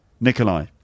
Nikolai